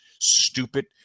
stupid